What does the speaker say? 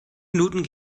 minuten